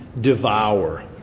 devour